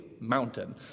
mountain